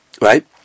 right